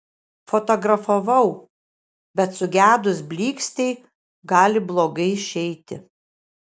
fotografavau bet sugedus blykstei gali blogai išeiti